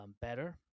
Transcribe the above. better